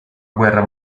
guerra